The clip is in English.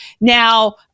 Now